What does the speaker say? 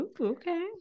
Okay